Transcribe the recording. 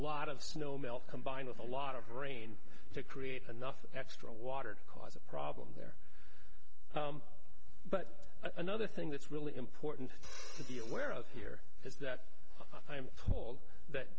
lot of snow melt combined with a lot of rain to create enough extra water to cause a problem there but another thing that's really important to be aware of here is that i'm told that